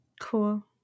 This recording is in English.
Cool